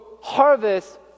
harvest